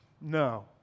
No